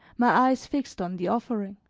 my eyes fixed on the offering.